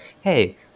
hey